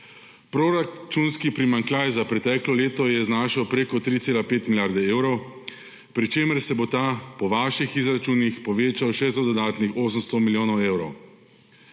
Proračunski primanjkljaj za preteklo leto je znašal preko 3,5 milijarde evrov, pri čemer se bo ta po vaših izračunih povečal še za dodatnih 800 milijonov evrov.